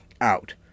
out